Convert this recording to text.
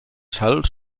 salt